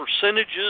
percentages